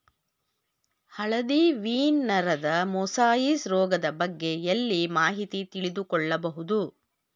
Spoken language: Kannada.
ಹಳದಿ ವೀನ್ ನರದ ಮೊಸಾಯಿಸ್ ರೋಗದ ಬಗ್ಗೆ ಎಲ್ಲಿ ಮಾಹಿತಿ ತಿಳಿದು ಕೊಳ್ಳಬಹುದು?